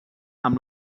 amb